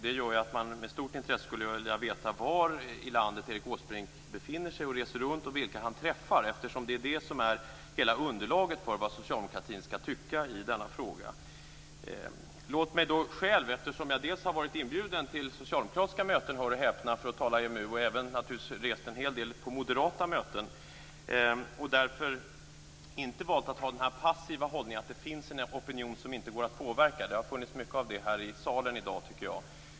Det gör att man med stort intresse skulle vilja följa var i landet Erik Åsbrink befinner sig när han reser runt och vilka han träffar, eftersom det är det som är hela underlaget för vad socialdemokratin skall tycka i denna fråga. Jag har varit inbjuden till socialdemokratiska möten, hör och häpna. Naturligtvis har jag även medverkat vid en hel del moderata möten och därför inte valt att ha den passiva hållningen att det finns en opinion som inte går att påverka, som det har funnits mycket av här i salen i dag, tycker jag.